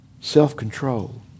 self-control